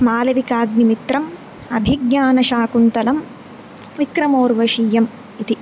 मालविकाग्निमित्रम् अभिज्ञानशाकुन्तलं विक्रमोर्वशीयम् इति